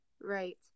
right